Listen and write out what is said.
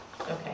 Okay